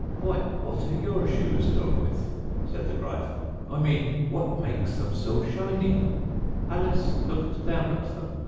why, what are your shoes done with said the gryphon. i mean, what makes them so shiny alice looked down at them,